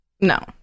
No